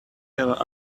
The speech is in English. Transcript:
have